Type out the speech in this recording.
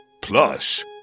Plus